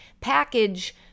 package